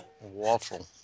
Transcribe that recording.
Waffle